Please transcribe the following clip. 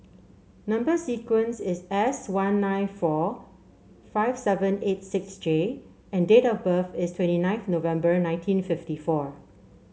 number sequence is S one nine four five seven eight six J and date of birth is twenty ninth November nineteen fifty four